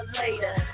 later